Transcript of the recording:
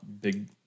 big